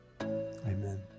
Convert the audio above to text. Amen